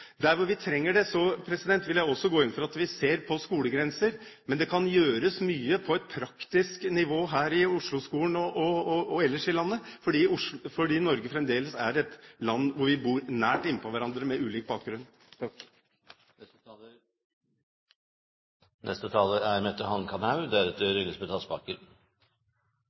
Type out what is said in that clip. Der hvor vi trenger det, vil jeg også gå inn for at vi ser på skolegrenser, men det kan gjøres mye på et praktisk nivå her i Oslo-skolen og ellers i landet, for Norge er fremdeles er et land hvor vi bor nært innpå hverandre med ulik bakgrunn.